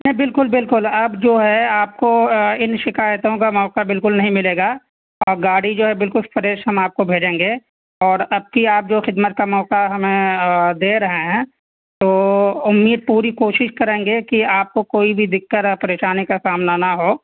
نہیں بالکل بالکل اب جو ہے آپ کو ان شکایتوں کا موقع بالکل نہیں ملے گا اور گاڑی جو ہے بالکل فریش ہم آپ کو بھیجیں گے اور اب کی آپ جو خدمت کا موقع ہمیں دے رہے ہیں تو امید پوری کوشش کریں گے کہ آپ کو کوئی بھی دقت اور پریشانی کا سامنا نہ ہو